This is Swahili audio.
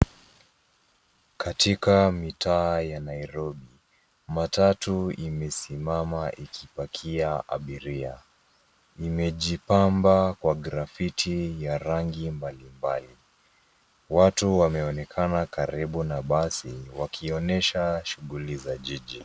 Katika mitaa ya Nairobi, matatu imesimama ikipakia abiria, imejipamba kwa grafiti ya rangi mbalimbali. Watu wameonekana karibu na basi wakionyesha shughuli za jiji.